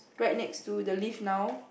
right next to the lift now